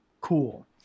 cool